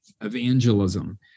evangelism